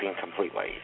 completely